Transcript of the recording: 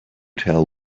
tell